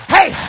Hey